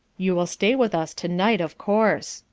you will stay with us to-night, of course,